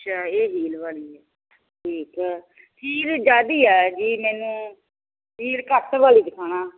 ਚਾਹੇ ਇਹ ਹੀਲ ਵਾਲੀ ਹੈ ਹੀਲ ਜ਼ਿਆਦੀ ਆ ਜੀ ਮੈਨੂੰ ਹੀਲ ਘੱਟ ਵਾਲੀ ਦਿਖਾਉਣਾ